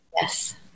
yes